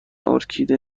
ارکیده